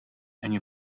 ani